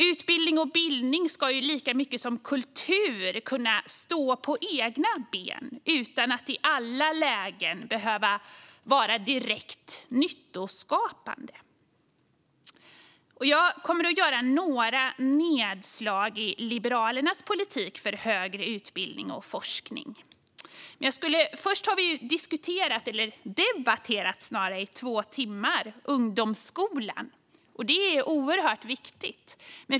Utbildning och bildning ska, lika mycket som kultur, kunna stå på egna ben utan att i alla lägen behöva vara direkt nyttoskapande. Jag kommer att göra några nedslag i Liberalernas politik för högre utbildning och forskning. Vi har i två timmar debatterat ungdomsskolan. Det är oerhört viktigt.